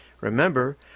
Remember